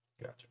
Gotcha